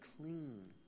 clean